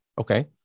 Okay